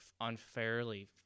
unfairly